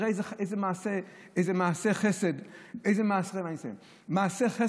ותראה איזה מעשה חסד היא עשתה.